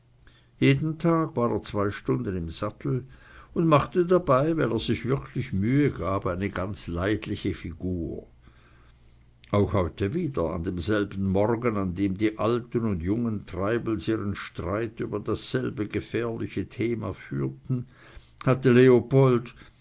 jeden tag war er zwei stunden im sattel und machte dabei weil er sich wirklich mühe gab eine ganz leidliche figur auch heute wieder an demselben morgen an dem die alten und jungen treibels ihren streit über dasselbe gefährliche thema führten hatte leopold